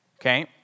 okay